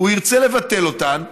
הוא ירצה לבטל אותם,